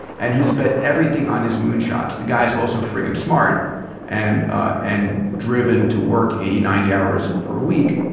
and he's bet everything on his moonshots. the guy is also freaking smart and ah and driven to work eighty, ninety hours per week,